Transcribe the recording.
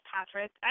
Patrick